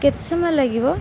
କେତେ ସମୟ ଲାଗିବ